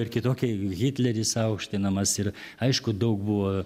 ir kitokie hitleris aukštinamas ir aišku daug buvo